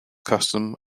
custom